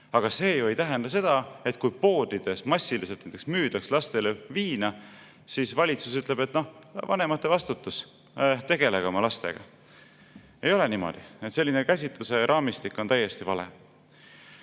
Aga see ju ei tähenda seda, et kui poodides massiliselt näiteks müüdaks lastele viina, siis valitsus ütleb, et vanemate vastutus, tegelege oma lastega. Ei ole niimoodi. Selline käsitluse raamistik on täiesti vale.